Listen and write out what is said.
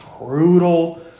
brutal